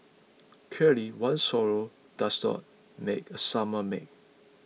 clearly one swallow does not made a summer make